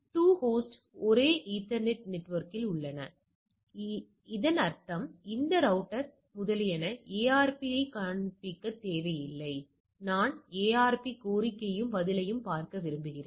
2 host ஒரே ethernet நெட்வொர்க்கில் உள்ளன அந்த ரவுட்டர் முதலியன ARP ஐக் காண்பிக்க தேவையில்லை ARP கோரிக்கையையும் பதிலையும் பார்க்க விரும்புகிறேன்